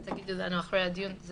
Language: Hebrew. תגידו לנו אחרי הדיון.